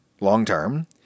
long-term